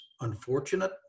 unfortunate